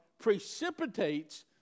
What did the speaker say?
precipitates